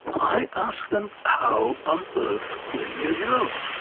i ask them, how on earth will you know?